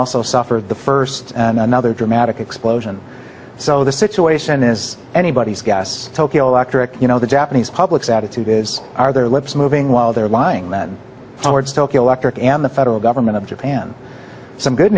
also suffered the first another dramatic explosion so the situation is anybody's guess tokyo electric you know the japanese public's attitude is are their lips moving while they're lying that towards tokyo electric and the federal government of japan some good